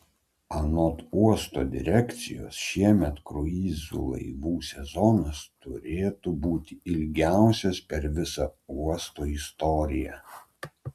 anot uosto direkcijos šiemet kruizų laivų sezonas turėtų būti ilgiausias per visą uosto istoriją